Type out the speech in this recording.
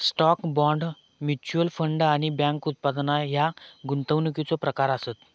stock, bond, mutual fund आणि bank उत्पादना ह्या गुंतवणुकीचो प्रकार आसत